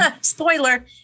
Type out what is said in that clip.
Spoiler